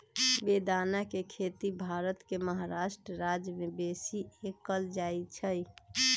बेदाना के खेती भारत के महाराष्ट्र राज्यमें बेशी कएल जाइ छइ